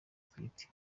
atwite